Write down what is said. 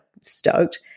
stoked